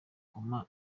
koma